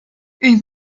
une